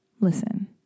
listen